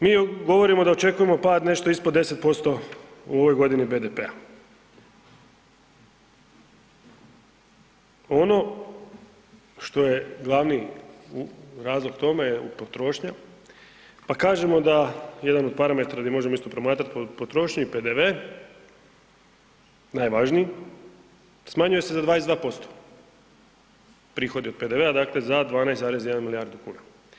Mi govorimo da očekujemo pad nešto ispod 10% u ovoj godini BDP-a ono što je glavni razlog tome je potrošnja pa kažemo da jedan od parametra gdje možemo isto promatrati po potrošnji je PDV, najvažniji, smanjuje se za 22%, prihodi od PDV-a dakle za 12,1 milijardu kuna.